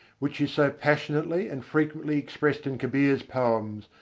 which is so passionately and frequently expressed in kabir's poems,